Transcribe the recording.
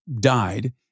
died